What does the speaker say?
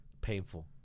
Painful